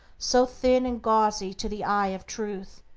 so thin and gauzy to the eye of truth,